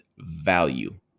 value